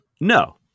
No